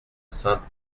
saint